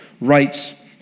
rights